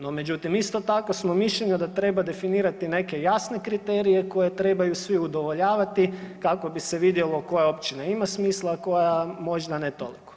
No, međutim isto tako smo mišljenja da treba definirati neke jasne kriterije koje trebaju svi udovoljavati kako bi se vidjelo koja općina ima smisla, a koja možda ne toliko.